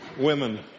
Women